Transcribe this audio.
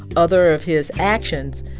other of his actions,